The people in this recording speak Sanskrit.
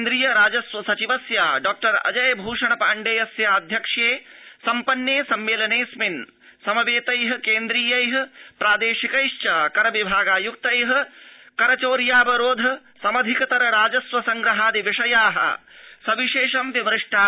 केन्द्रीय राजस्व सचिवस्य डॉअजय भूषण पाण्डेयस्य आध्यक्ष्ये सम्पन्ने सम्मेलनेऽस्मिन् समवेतै केन्द्रीयै प्रादेशिकैश्व कर विभागायुक्तै करचौर्यावरोध समधिकतर राजस्व संग्रहादि विषया सविशेष विमृष्टा